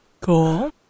Cool